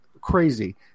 crazy